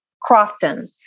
Crofton